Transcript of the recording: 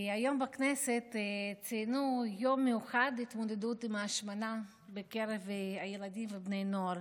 היום בכנסת ציינו יום מיוחד להתמודדות עם השמנה בקרב ילדים ובני נוער.